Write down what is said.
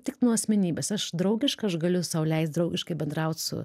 tik nuo asmenybės aš draugiška aš galiu sau leist draugiškai bendraut su